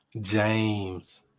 James